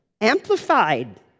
amplified